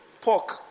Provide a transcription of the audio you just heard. pork